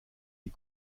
die